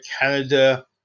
canada